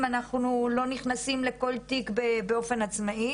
אנחנו לא נכנסים לכל תיק באופן עצמאי.